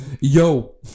Yo